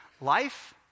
life